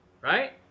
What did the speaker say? Right